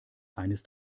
eines